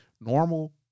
normal